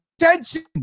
attention